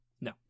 No